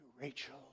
Rachel